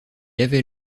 avait